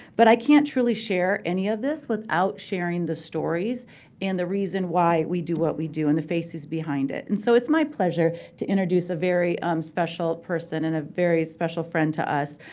but i can't truly share any of this without sharing the stories and the reason why we do what we do, and the faces behind it. and so it's my pleasure to introduce a very um special person and a very special friend to us,